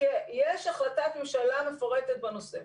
יש החלטת ממשלה מפורטת בנושא.